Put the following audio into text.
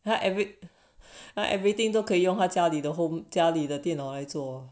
every like everything 都可以用他家里的 home 家里的电脑来做